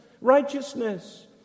righteousness